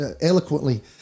eloquently